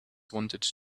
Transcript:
wanted